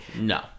No